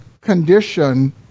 condition